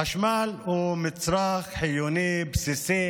חשמל הוא מצרך חיוני בסיסי